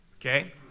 okay